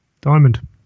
diamond